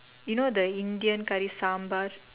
you know the Indian curry sambar